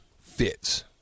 fits